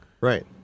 right